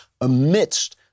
amidst